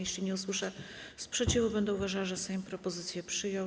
Jeśli nie usłyszę sprzeciwu, będę uważała, że Sejm propozycję przyjął.